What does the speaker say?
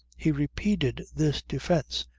he repeated this defence,